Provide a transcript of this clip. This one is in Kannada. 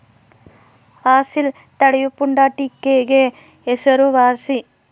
ಅಸೀಲ್ ತಳಿಯು ಪುಂಡಾಟಿಕೆಗೆ ಹೆಸರುವಾಸಿ